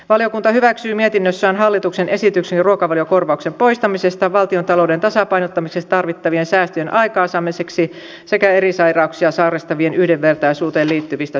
valiokunta hyväksyy mietinnössään hallituksen esityksen ruokavaliokorvauksen poistamisesta valtiontalouden tasapainottamisessa tarvittavien säästöjen aikaansaamiseksi sekä eri sairauksia sairastavien yhdenvertaisuuteen liittyvistä syistä